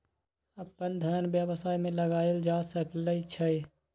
अप्पन धन व्यवसाय में लगायल जा सकइ छइ